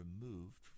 removed